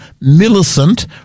Millicent